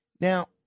Now